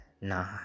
nah